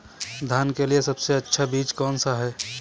धान के लिए सबसे अच्छा बीज कौन सा है?